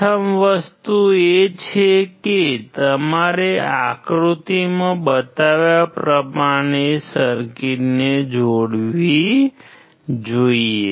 પ્રથમ વસ્તુ એ છે કે તમારે આકૃતિમાં બતાવ્યા પ્રમાણે સર્કિટને જોડવી જોઈએ